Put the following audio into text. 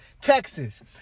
Texas